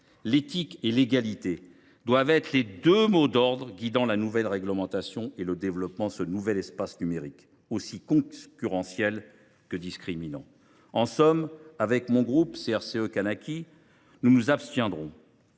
L’éthique et l’égalité doivent être les deux mots d’ordre guidant la nouvelle réglementation et le développement de ce nouvel espace numérique aussi concurrentiel que discriminant. Avec mes collègues du groupe CRCE – Kanaky, nous nous abstiendrons.